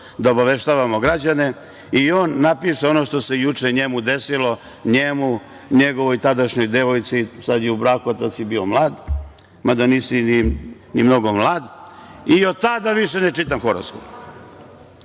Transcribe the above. da obaveštavamo građane i on napiše ono što se juče njemu desilo, njemu, njegovoj tadašnjoj devojci, sada je u braku, a tada je bio mlad, mada nisi ni mnogo mlad. I od tada više ne čitam horoskop.